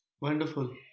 Wonderful